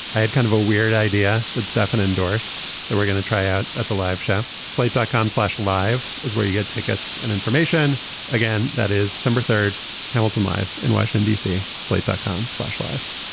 i had kind of a weird idea that stefan endorsed that we're going to try out at the live show slate dot com slash live is where you get tickets and information again. that is summer third hamilton life in washington d c. slate dot com slash life